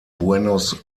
buenos